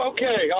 Okay